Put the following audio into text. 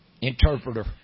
interpreter